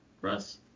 Russ